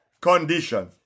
condition